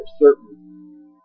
certain